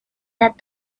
that